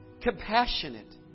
compassionate